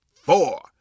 four